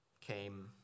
came